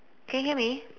can you hear me